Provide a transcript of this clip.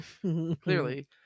clearly